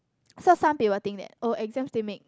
so some people think that oh exam still made